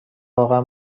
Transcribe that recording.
واقعا